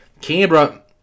Canberra